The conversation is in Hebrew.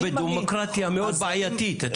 אנחנו בדמוקרטיה מאוד בעייתית.